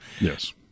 yes